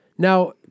Now